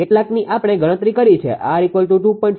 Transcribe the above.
કેટલાકની આપણે ગણતરી કરી છે R2